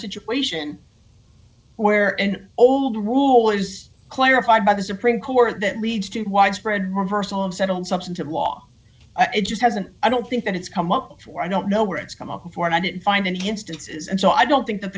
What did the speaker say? situation where an old rule is clarified by the supreme court that leads to widespread reversal of settled substantive law it just hasn't i don't think that it's come up before i don't know where it's come up before and i didn't find any instances and so i don't think that